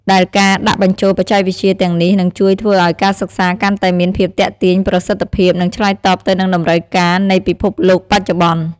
ដែលការដាក់បញ្ចូលបច្ចេកវិទ្យាទាំងនេះនឹងជួយធ្វើឱ្យការសិក្សាកាន់តែមានភាពទាក់ទាញ ប្រសិទ្ធភាព និងឆ្លើយតបទៅនឹងតម្រូវការនៃពិភពលោកបច្ចុប្បន្ន។